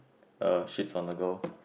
uh shits on the girl